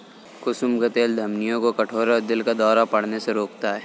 कुसुम का तेल धमनियों को कठोर और दिल का दौरा पड़ने से रोकता है